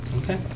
Okay